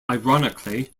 ironically